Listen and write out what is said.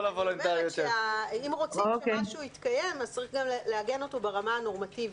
אם רוצים שמשהו יתקיים צריך גם לעגן אותו ברמה הנורמטיבית.